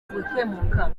gukemuka